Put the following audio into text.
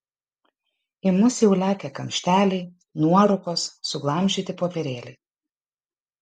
į mus jau lekia kamšteliai nuorūkos suglamžyti popierėliai